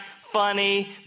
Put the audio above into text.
funny